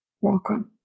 Welcome